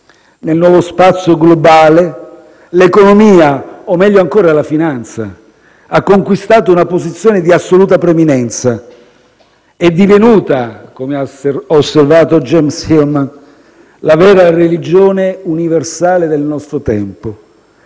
Nel nuovo spazio globale l'economia (o, meglio ancora, la finanza) ha conquistato una posizione di assoluta preminenza. È divenuta, come ha osservato James Hillman, la vera religione universale del nostro tempo.